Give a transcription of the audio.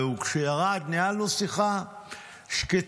וכשהוא ירד ניהלנו שיחה שקטה,